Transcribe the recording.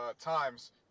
times